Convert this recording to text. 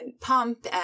pump